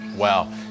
Wow